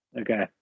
Okay